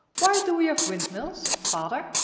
why do we have windmills, father?